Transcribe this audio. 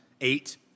eight